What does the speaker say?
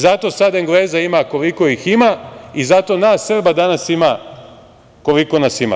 Zato sada Engleza ima koliko ih ima i zato nas Srba danas ima koliko nas ima.